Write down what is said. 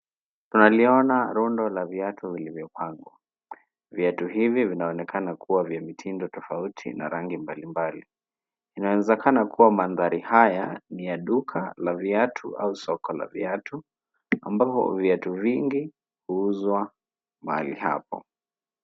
Tunaliona rundo la viatu vilivyopangwa. Viatu hivi vinaonekana kuwa vya mitindo tofauti na rangi mbali mbali. Inaezekana kuwa mandhari haya ni ya duka la viatu au soko la viatu, ambavyo viatu vingi huuzwa mahali hapo.